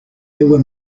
were